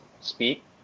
speak